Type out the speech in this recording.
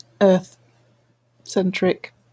Earth-centric